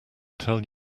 tell